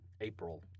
April